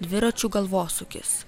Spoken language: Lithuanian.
dviračių galvosūkis